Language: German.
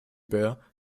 bär